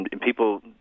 people